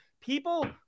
people